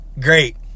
great